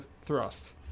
thrust